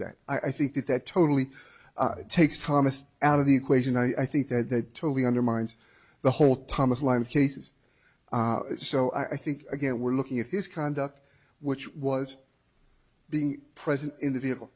that i think that that totally takes thomas out of the equation i think that that totally undermines the whole thomas line cases so i think again we're looking at his conduct which was being present in the vehicle